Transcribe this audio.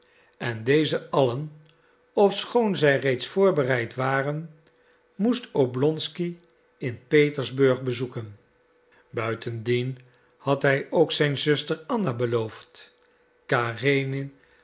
en deze allen ofschoon zij reeds voorbereid waren moest oblonsky in petersburg bezoeken buitendien had hij ook zijn zuster anna beloofd karenin